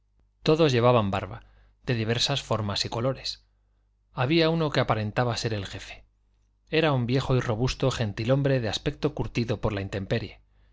todos llevaban barba de diversas formas y colores había uno que aparentaba ser el jefe era un viejo y robusto gentilhombre de aspecto curtido por la intemperie